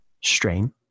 strain